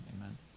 Amen